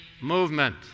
movement